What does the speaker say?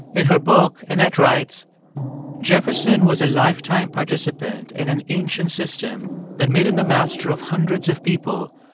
in her book, annette writes jefferson was a lifetime participant in an ancient system that made him the master of hundreds of people,